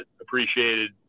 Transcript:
appreciated